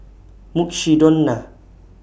Mukshidonna